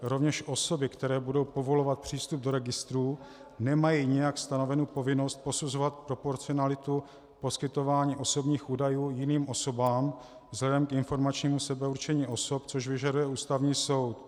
Rovněž osoby, které budou povolovat přístup do registrů, nemají nějak stanovenu povinnost posuzovat proporcionalitu poskytování osobních údajů jiným osobám vzhledem k informačním sebeurčení osob, což vyžaduje Ústavní soud.